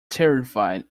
terrified